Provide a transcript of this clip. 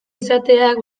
izateak